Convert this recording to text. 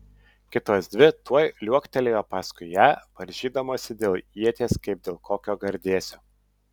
kitos dvi tuoj liuoktelėjo paskui ją varžydamosi dėl ieties kaip dėl kokio gardėsio